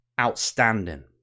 outstanding